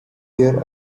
here